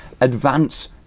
advance